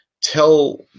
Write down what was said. tell